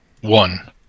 One